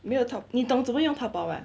没有 top 你懂怎么样用 taobao mah